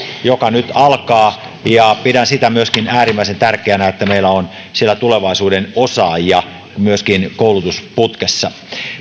joka nyt alkaa ja pidän sitä äärimmäisen tärkeänä että meillä on siellä myöskin tulevaisuuden osaajia koulutusputkessa